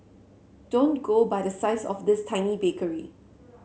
don't go by the size of this tiny bakery